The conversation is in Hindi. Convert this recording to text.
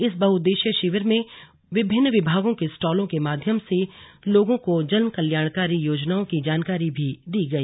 इस बहउद्देश्यीय शिविर में विभिन्न विभागों के स्टॉलों के माध्यम से लोगों को जनकल्याणकारी योजनाओं की जानकारी भी दी गई